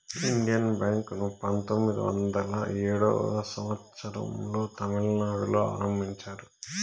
Indian bank ను పంతొమ్మిది వందల ఏడో సంవచ్చరం లో తమిళనాడులో ఆరంభించారు